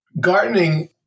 Gardening